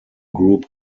group